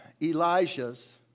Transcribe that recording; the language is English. Elijah's